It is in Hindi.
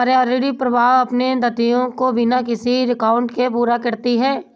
पर्यावरणीय प्रवाह अपने दायित्वों को बिना किसी रूकावट के पूरा करती है